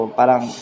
parang